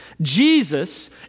Jesus